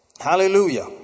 hallelujah